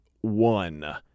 one